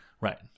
Right